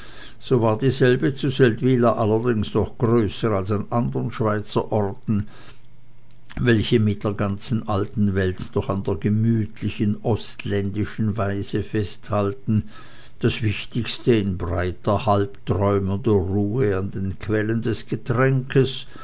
so war dieselbe zu seldwyla allerdings noch größer als an andern schweizerorten welche mit der ganzen alten welt noch an der gemütlichen ostländischen weise festhalten das wichtigste in breiter halbträumender ruhe an den quellen des getränkes